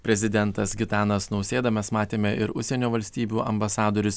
prezidentas gitanas nausėda mes matėme ir užsienio valstybių ambasadorius